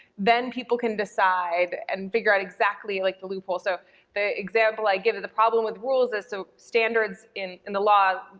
then people can decide and figure out exactly like the loopholes. so the example i give of the problem with rules is, so standards in in the law,